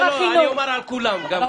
אני אומר על כולם, תודה.